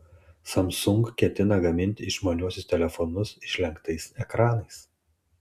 samsung ketina gaminti išmaniuosius telefonus išlenktais ekranais